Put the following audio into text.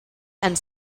and